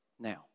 Now